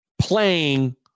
playing